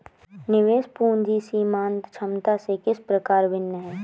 निवेश पूंजी सीमांत क्षमता से किस प्रकार भिन्न है?